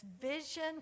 vision